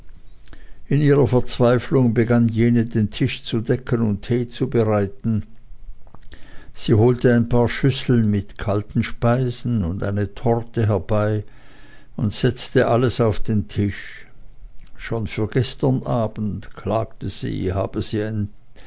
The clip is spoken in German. in ihrer verzweiflung begann jene den tisch zu decken und tee zu bereiten sie holte ein paar schüsseln mit kalten speisen und eine torte herbei und setzte alles auf den tisch schon für gestern abend klagte sie habe sie